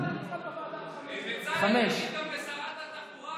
בצלאל, תגיד גם לשרת התחבורה,